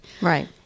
Right